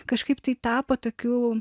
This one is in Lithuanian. kažkaip tai tapo toki